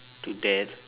to death